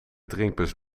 drinkbus